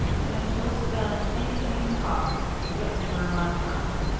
and that you'll spend anything it costs to get through on time.